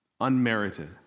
Unmerited